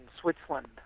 Switzerland